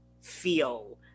feel